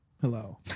Hello